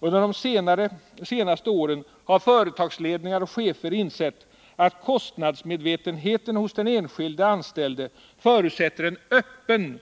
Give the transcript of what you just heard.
Under de senaste åren har företagsledningar och chefer insett Nr 28 att kostnadsmedvetenheten hos den enskilde anställde förutsätter en öppen